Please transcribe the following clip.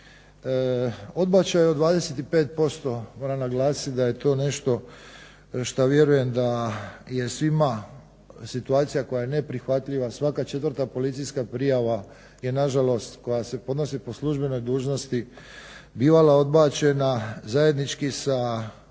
Odbačaj od 25% moram naglasiti da je to nešto šta vjerujem da je svima situacija koja je neprihvatljiva. Svaka četvrta policijska prijava je na žalost koja se podnosi po službenoj dužnosti bivala odbačena. Zajedno sa DORH-om